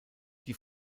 die